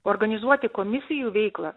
organizuoti komisijų veiklą